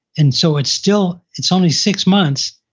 and so it's still, it's only six months,